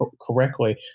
correctly